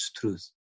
truth